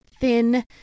thin